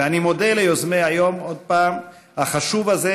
ואני מודה ליוזמי היום החשוב הזה,